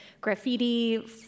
graffiti